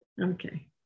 Okay